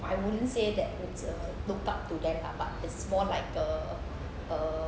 I wouldn't say that looked up to them lah but it's more like the err err